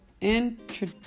intro